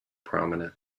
prominent